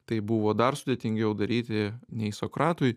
tai buvo dar sudėtingiau daryti nei sokratui